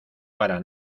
para